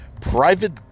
private